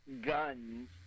guns